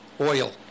oil